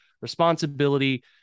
responsibility